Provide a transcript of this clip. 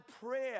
prayer